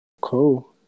Cool